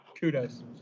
kudos